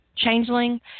Changeling